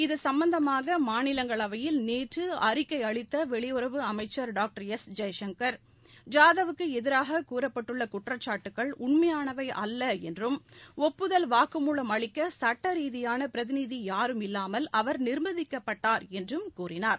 இது சம்பந்தமாகமாநிலங்களவையில் நேற்றுஅறிக்கைஅளித்தவெளியுறவு அமைச்சர் டாக்டர் எஸ் ஜாதவுக்குஎதிராககூறப்பட்டுள்ளகுற்றச்சாட்டுக்கள் ஜெய்சங்கர் ஒப்புதல் வாக்குமூலம் அளிக்கசட்டரீதியானபிரதிநிதியாரும் இல்லாமல் அவர் நிர்பந்திக்கப்பட்டார் என்றும் கூறினார்